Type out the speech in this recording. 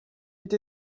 été